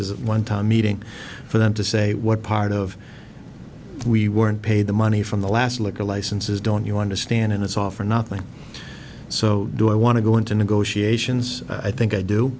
a one time meeting for them to say what part of we weren't paid the money from the last like a licenses don't you understand and it's all for nothing so do i want to go into negotiations i think i do